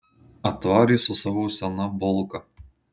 atvarė su savo sena bulka